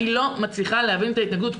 אני לא מצליחה להבין את ההתנגדות,